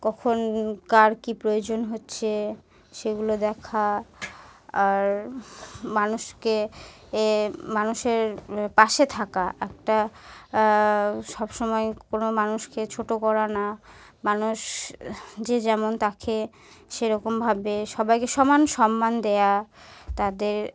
কখন কার কী প্রয়োজন হচ্ছে সেগুলো দেখা আর মানুষকে এ মানুষের পাশে থাকা একটা সবসময় কোনো মানুষকে ছোট করা না মানুষ যে যেমন থাকে সেরকমভাবে সবাইকে সমান সম্মান দেওয়া তাদের